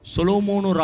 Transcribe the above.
Solomon